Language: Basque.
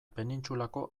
penintsulako